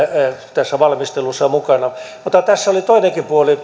tässä valmistelussa mukana mutta tässä selonteossa oli toinenkin puoli